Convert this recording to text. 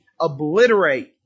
obliterate